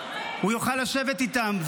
הוא יוכל לשבת איתם,